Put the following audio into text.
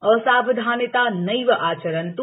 असावधानता नैव आचरन्तु